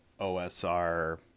OSR